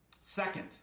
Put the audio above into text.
Second